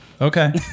okay